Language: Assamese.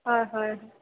হয় হয়